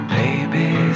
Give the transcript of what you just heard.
baby